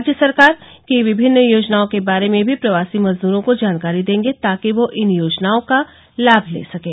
राज्य सरकार की विभिन्न योजनाओं के बारे में भी प्रवासी मजदूरों को जानकारी देंगे ताकि वह इन योजनाओं का लाभ ले सकें